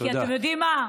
כי אתם יודעים מה?